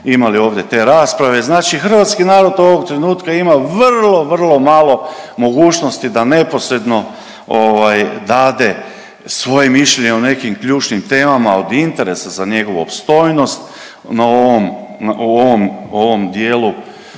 imali ovdje te rasprave, znači hrvatski narod ovog trenutka ima vrlo, vrlo malo mogućnosti da neposredno ovaj dade svoje mišljenje o nekim ključnim temama, od interesa za njegovu opstojnost, na ovom, u